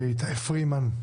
איתי פרימן,